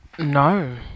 No